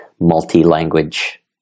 multi-language